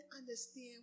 understand